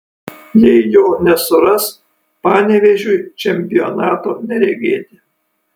jei jo nesuras panevėžiui čempionato neregėti